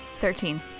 Thirteen